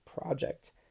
project